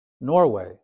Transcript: Norway